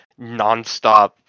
nonstop